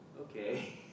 okay